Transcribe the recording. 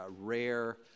rare